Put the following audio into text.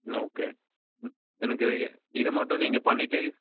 okay எனக்கு இது மட்டும் நீங்கள் பண்ணிவிட்டு